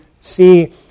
see